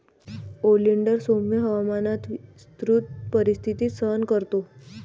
oleander सौम्य हवामानात विस्तृत परिस्थिती सहन करतो